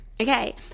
Okay